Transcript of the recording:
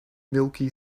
milky